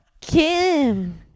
Kim